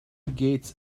gates